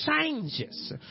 changes